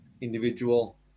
individual